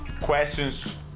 questions